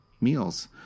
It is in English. meals